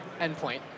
endpoint